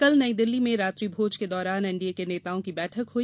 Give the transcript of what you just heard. कल नई दिल्ली में रात्रि भोज के दौरान एनडीए के नेताओं की बैठक हुई